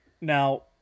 Now